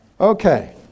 Okay